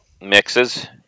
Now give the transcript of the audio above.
Mixes